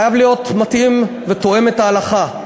זה חייב להיות מתאים ותואם את ההלכה.